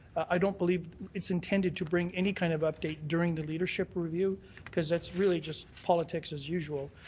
i don't believe it's intended to bring any kind of update during the leadership review because that's really just politics as usual.